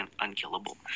unkillable